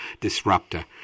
disruptor